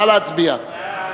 נא להצביע.